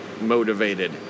motivated